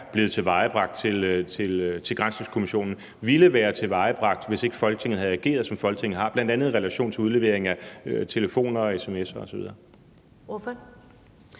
blevet tilvejebragt til granskningskommissionen, ville være tilvejebragt, hvis ikke Folketinget havde ageret, som Folketinget gjorde, bl.a. i relation til udlevering af telefoner og sms'er osv. Kl.